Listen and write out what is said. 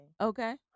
Okay